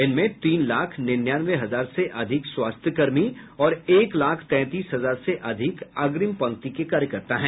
इनमें तीन लाख निन्यानवे हजार से अधिक स्वास्थ्य कर्मी और एक लाख तैंतीस हजार से अधिक अग्रिम पंक्ति के कार्यकर्ता हैं